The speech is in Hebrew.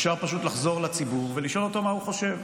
אפשר פשוט לחזור לציבור ולשאול אותו מה הוא חושב.